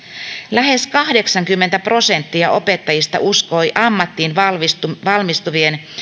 lähes kahdeksankymmentä prosenttia opettajista uskoi ammattiin valmistuvien